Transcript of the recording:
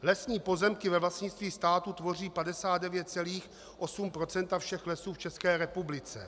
Lesní pozemky ve vlastnictví státu tvoří 59,8 % všech lesů v České republice.